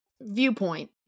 viewpoint